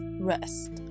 rest